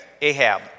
Ahab